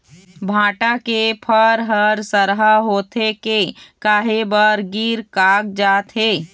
भांटा के फर हर सरहा होथे के काहे बर गिर कागजात हे?